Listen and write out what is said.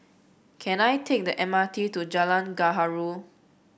can I take the M R T to Jalan Gaharu